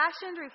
fashioned